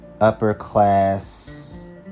upper-class